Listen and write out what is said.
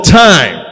time